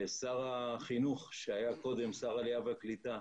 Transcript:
שר החינוך, שקודם היה שר העלייה והקליטה,